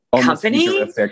company